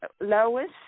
Lois